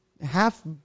half